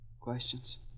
Questions